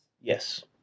Yes